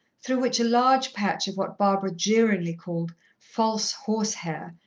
through which a large patch of what barbara jeeringly called false horsehair,